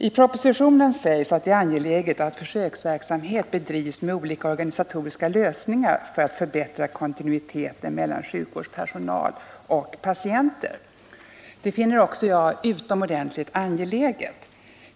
I propositionen sägs att det är angeläget att försöksverksamhet bedrivs med olika organisatoriska lösningar för att förbättra kontinuiteten mellan sjukvårdspersonal och patienter. Det finner också jag utomordentligt angeläget.